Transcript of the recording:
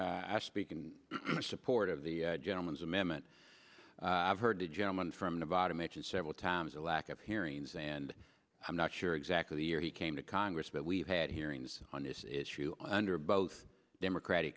i speak in support of the gentleman's amendment i've heard the gentleman from nevada mentioned several times a lack of hearings and i'm not sure exactly the year he came to congress but we've had hearings on this issue under both democratic